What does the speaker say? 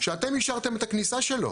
שאתם אישרתם את הכניסה שלו.